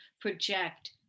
project